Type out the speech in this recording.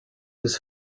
his